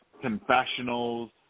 confessionals